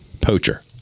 poacher